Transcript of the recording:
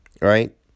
right